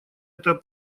это